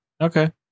okay